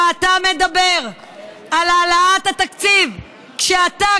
ואתה מדבר על העלאת התקציב כשאתה,